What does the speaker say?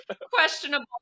questionable